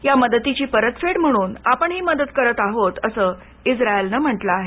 या मदतीची परतफेड म्हणून ही मदत आपण करत आहोत असं इस्रायलनं म्हटलं आहे